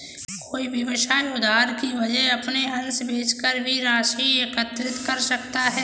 कोई व्यवसाय उधार की वजह अपने अंश बेचकर भी राशि एकत्रित कर सकता है